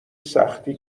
سختی